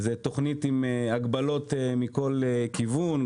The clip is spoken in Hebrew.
זו תוכנית עם הגבלות מכל כיוון,